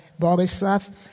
Borislav